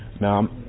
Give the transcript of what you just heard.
now